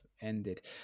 ended